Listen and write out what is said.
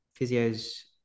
physios